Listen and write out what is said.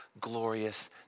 glorious